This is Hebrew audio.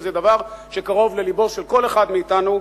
שזה דבר שקרוב ללבו של כל אחד מאתנו,